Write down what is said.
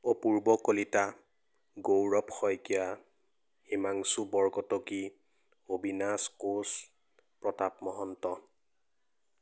Apurba Kalita Gaurav Saikia Himanshu Borkotoky Abinash Koch Pratap Mahanta